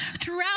throughout